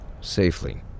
Safely